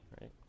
right